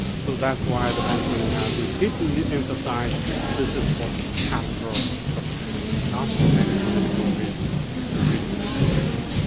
so that's why the vatican has repeatedly emphasized this is for pastoral purposes, not for any political reason to reach this agreement.